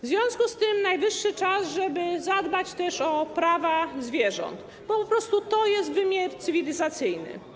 W związku z tym najwyższy czas, żeby zadbać też o prawa zwierząt, bo to jest wymiar cywilizacyjny.